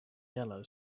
yellow